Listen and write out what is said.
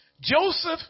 Joseph